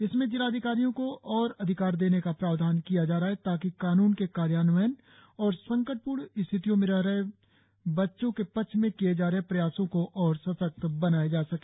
इसमें जिलाधिकारियों को और अधिकार देने का प्रावधान किया जा रहा है ताकि कान्न के कार्यान्वयन और संकटपूर्ण स्थितियों में रह रहे बच्चों के पक्ष में किये जा रहे प्रयासों को और सशक्त बनाया जा सके